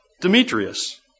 Demetrius